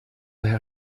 herr